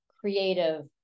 creative